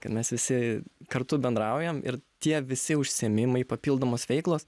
kad mes visi kartu bendraujam ir tie visi užsiėmimai papildomos veiklos